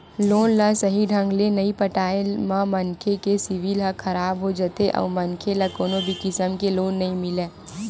loan ल सहीं ढंग ले नइ पटाए म मनखे के सिविल ह खराब हो जाथे अउ मनखे ल कोनो भी किसम के लोन नइ मिलय